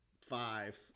five